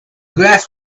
grass